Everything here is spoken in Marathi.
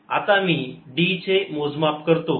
आता मी d हे मोजमाप करतो